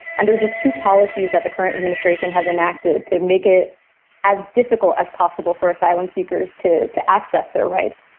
and there are just two policies that the current administration has enacted to make it as difficult as possible for asylum seekers to to access their rights.